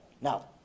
Now